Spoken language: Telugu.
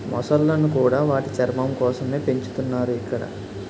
మొసళ్ళను కూడా వాటి చర్మం కోసమే పెంచుతున్నారు ఇక్కడ